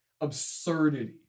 absurdity